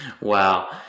Wow